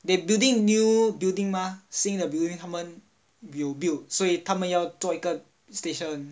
they building new building mah 新的 building 他们有 build 所以他们要做一个 station